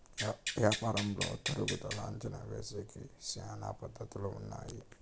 యాపారంలో తరుగుదల అంచనా ఏసేకి శ్యానా పద్ధతులు ఉన్నాయి